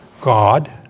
God